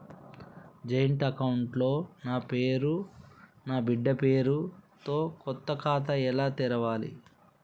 Joint account లో నా పేరు నా బిడ్డే పేరు తో కొత్త ఖాతా ఎలా తెరవాలి?